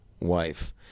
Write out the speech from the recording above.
wife